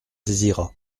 désirat